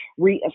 reassess